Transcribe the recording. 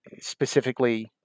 specifically